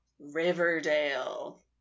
Riverdale